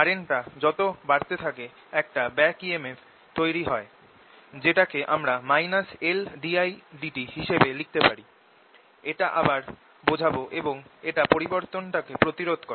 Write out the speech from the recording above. কারেন্টটা যত বাড়তে থাকে একটা BACK EMF এখানে তৈরি হবে যেটা কে আমরা Ldidt হিসেবে লিখতে পারি এটা আবার বোঝাব এবং এটা পরিবর্তন টাকে প্রতিরোধ করে